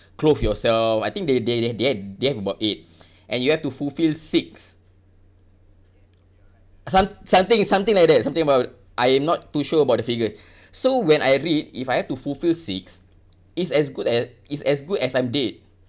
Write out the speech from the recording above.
clothe yourself I think they they they they have they have about eight and you have to fulfill six some~ something something like that something about I am not too sure about the figures so when I read if I have to fulfill six is as good as is as good as I'm dead